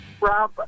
Rob